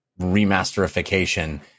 remasterification